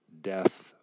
Death